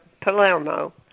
Palermo